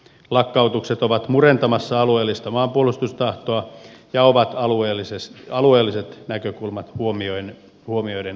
lakkautukset ovat murentamassa alueellista maanpuolustustahtoa ja ovat alueelliset näkökulmat huomioiden epätasa arvoisia